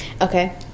okay